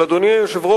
אבל, אדוני היושב-ראש,